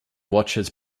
watches